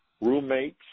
roommates